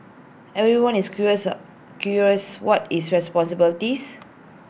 everyone is curious curious what his responsibilities